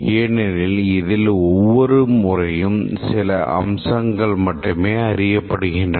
ஏனெனில் இதில் ஒவ்வொரு முறையும் சில அம்சங்கள் மட்டுமே அறியப்படுகின்றன